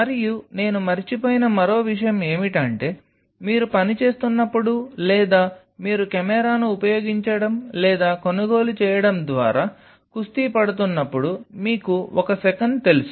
మరియు నేను మరచిపోయిన మరో విషయం ఏమిటంటే మీరు పని చేస్తున్నప్పుడు లేదా మీరు కెమెరాను ఉపయోగించడం లేదా కొనుగోలు చేయడం ద్వారా కుస్తీ పడుతున్నప్పుడు మీకు ఒక సెకను తెలుసు